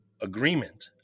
agreement